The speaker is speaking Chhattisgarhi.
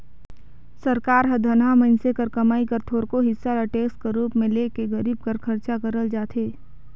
सरकार हर धनहा मइनसे कर कमई कर थोरोक हिसा ल टेक्स कर रूप में ले के गरीब बर खरचा करल जाथे